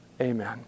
Amen